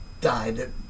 died